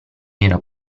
era